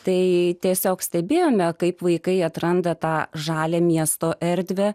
tai tiesiog stebėjome kaip vaikai atranda tą žalią miesto erdvę